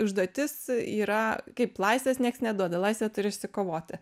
užduotis yra kaip laisvės niekas neduoda laisvę turi išsikovoti